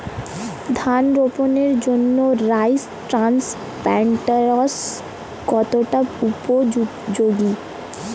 ধান রোপণের জন্য রাইস ট্রান্সপ্লান্টারস্ কতটা উপযোগী?